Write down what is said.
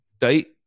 date